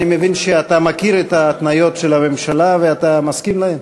אני מבין שאתה מכיר את ההתניות של הממשלה ואתה מסכים להן.